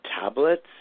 tablets